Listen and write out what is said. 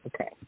Okay